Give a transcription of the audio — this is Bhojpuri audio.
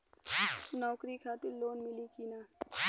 नौकरी खातिर लोन मिली की ना?